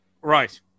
Right